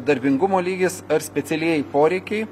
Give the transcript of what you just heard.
darbingumo lygis ar specialieji poreikiai